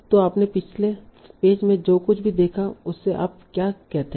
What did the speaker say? तो आपने पिछले पेज में जो कुछ भी देखा उससे आप क्या कहते हैं